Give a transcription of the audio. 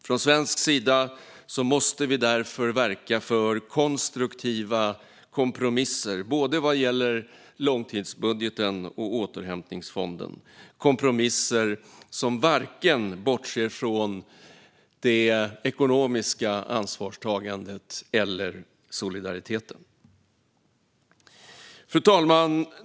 Från svensk sida måste vi därför verka för konstruktiva kompromisser vad gäller både långtidsbudgeten och återhämtningsfonden - kompromisser som inte bortser från vare sig det ekonomiska ansvarstagandet eller solidariteten. Fru talman!